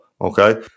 okay